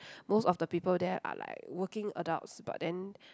most of the people there are like working adults but then